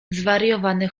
zwariowany